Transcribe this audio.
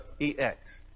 E-X